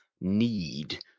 need